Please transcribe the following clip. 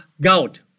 gout